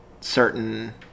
certain